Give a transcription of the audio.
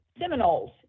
seminoles